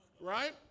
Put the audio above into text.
right